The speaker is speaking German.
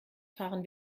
fahren